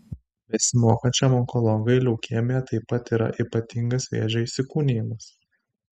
besimokančiam onkologui leukemija taip pat yra ypatingas vėžio įsikūnijimas